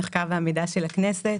ממרכז המחקר והמידע של הכנסת,